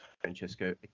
Francesco